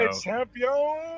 Champion